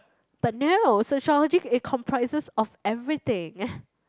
but no sociology it comprises of everything